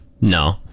No